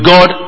God